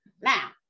Now